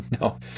No